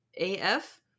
AF